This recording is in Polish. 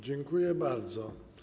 Dziękuję bardzo.